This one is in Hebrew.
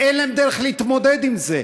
אין דרך להתמודד עם זה.